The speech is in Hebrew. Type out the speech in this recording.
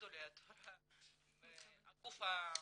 הגוף המחליט,